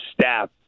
staff